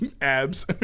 Abs